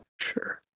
Sure